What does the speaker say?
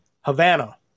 Havana